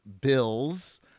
Bill's